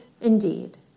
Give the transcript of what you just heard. indeed